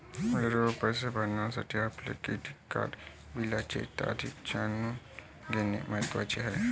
वेळेवर पैसे भरण्यासाठी आपल्या क्रेडिट कार्ड बिलाची तारीख जाणून घेणे महत्वाचे आहे